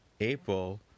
April